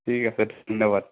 ঠিক আছে ধন্যবাদ